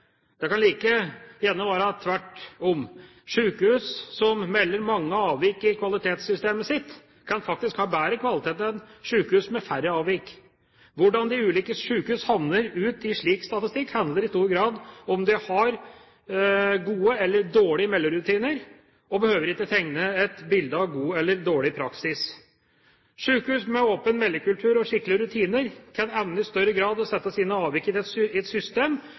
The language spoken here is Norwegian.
Det kan like gjerne være tvert om. Sykehus som melder om mange avvik i kvalitetssystemet sitt, kan faktisk ha bedre kvalitet enn sykehus med færre avvik. Hvordan de ulike sykehus havner i en slik statistikk, handler i stor grad om man har gode eller dårlige melderutiner, og behøver ikke tegne et bilde av god eller dårlig praksis. Sykehus med en åpen meldekultur og skikkelige rutiner kan i større grad evne å sette sine avvik inn i et system,